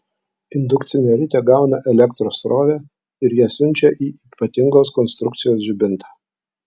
indukcinė ritė gauna elektros srovę ir ją siunčia į ypatingos konstrukcijos žibintą